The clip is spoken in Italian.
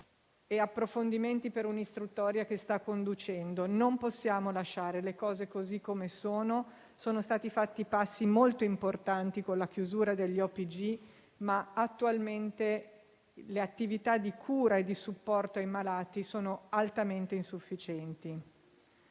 e approfondimenti per un'istruttoria che sta conducendo. Non possiamo lasciare le cose così come sono; sono stati fatti passi molto importanti con la chiusura degli OPG, ma attualmente le attività di cura e di supporto ai malati sono altamente insufficienti.